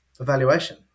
evaluation